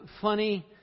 funny